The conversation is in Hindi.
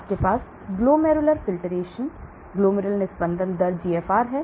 आपके पास ग्लोमेर्युलर निस्पंदन दर GFR है